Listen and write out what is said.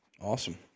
Awesome